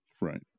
Right